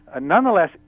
nonetheless